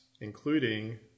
including